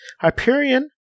Hyperion